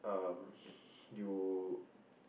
um you